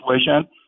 situation